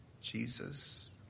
Jesus